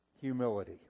Humility